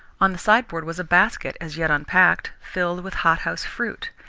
on the sideboard was a basket, as yet unpacked, filled with hothouse fruit,